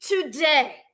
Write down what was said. today